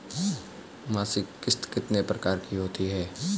मासिक किश्त कितने प्रकार की होती है?